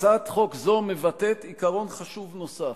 הצעת חוק זו מבטאת עיקרון חשוב נוסף,